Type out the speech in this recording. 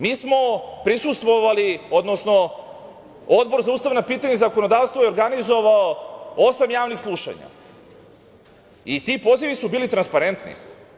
Mi smo prisustvovali, odnosno Odbor za ustavna pitanja i zakonodavstvo je organizovao osam javnih slušanja i ti pozivi su bili transparentni.